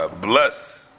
Bless